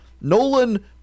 Nolan